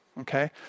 Okay